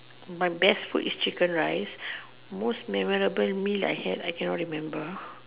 my best food is chicken rice most memorable meal I had I can not remember